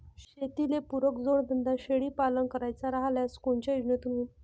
शेतीले पुरक जोडधंदा शेळीपालन करायचा राह्यल्यास कोनच्या योजनेतून होईन?